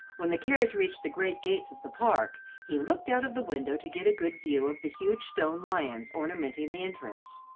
when the carriage reached the great gates of the park, he looked out of the window to get a good view of the huge stone lions ornamenting the entrance.